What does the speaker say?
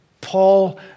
Paul